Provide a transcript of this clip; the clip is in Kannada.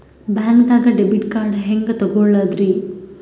ಬ್ಯಾಂಕ್ದಾಗ ಡೆಬಿಟ್ ಕಾರ್ಡ್ ಹೆಂಗ್ ತಗೊಳದ್ರಿ?